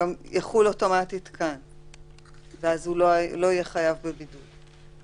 יחול אוטומטית גם כאן ואז הם לא יהיו חייבים בבידוד.